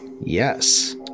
Yes